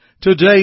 Today